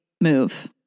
Move